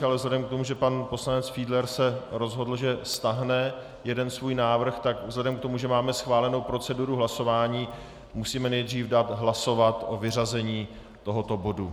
Ale vzhledem k tomu, že se pan poslanec Fiedler rozhodl, že stáhne jeden svůj návrh, tak vzhledem k tomu, že máme schválenou proceduru hlasování, musíme nejdříve dát hlasovat o vyřazení tohoto bodu.